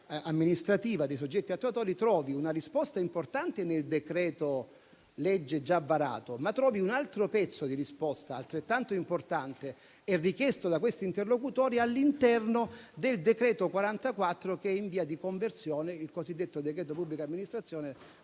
amministrativa dei soggetti attuatori trovi una risposta importante nel decreto-legge già varato e un altro pezzo di risposta altrettanto importante, richiesto da questi interlocutori, all'interno però del decreto n. 44, in via di conversione, il cosiddetto decreto pubblica amministrazione,